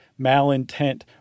malintent